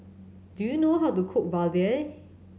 do you know how to cook vadai